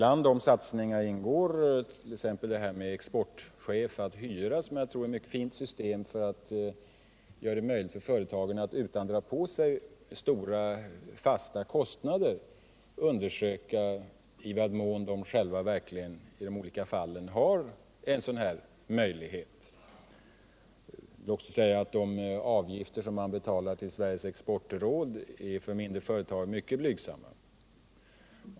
I de satsningarna ingår t.ex. ”exportchef att hyra”, som jag tror är ett mycket fint system för att göra det möjligt för företag att utan att dra på sig stora fasta kostnader undersöka i vad mån de själva verkligen i de olika fallen har en sådan möjlighet. Låt mig också säga att de avgifter som man betalar till Sveriges exportråd för de mindre företagen är mycket blygsamma.